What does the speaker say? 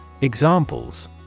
Examples